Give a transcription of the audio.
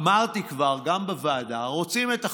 אמרתי כבר, גם בוועדה רוצים את החוק,